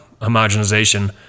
homogenization